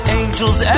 angels